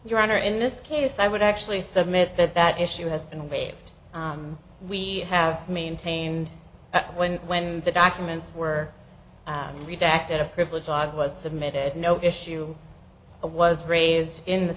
your honor in this case i would actually submit that that issue has been waived we have maintained when when the documents were redacted a privilege i was submitted no issue was raised in the